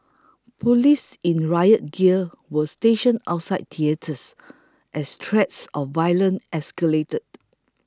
police in riot gear were stationed outside theatres as threats of violence escalated